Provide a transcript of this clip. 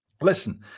listen